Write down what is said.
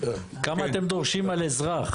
כמה אתם דורשים על אזרח?